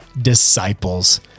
disciples